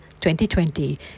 2020